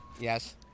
Yes